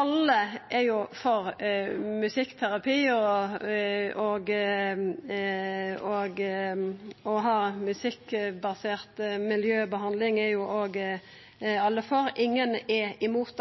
Alle er jo for musikkterapi, og å ha musikkbasert miljøbehandling er òg alle for – ingen er imot.